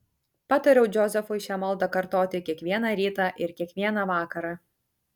patariau džozefui šią maldą kartoti kiekvieną rytą ir kiekvieną vakarą